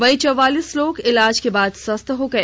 वहीं चौवालीस लोग इलाज के बाद स्वस्थ हो गए